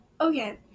okay